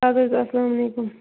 اَدٕ حظ اسلام علیکُم